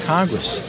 Congress